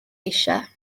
eisiau